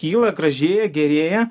kyla gražėja gerėja